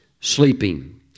sleeping